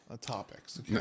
topics